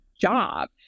job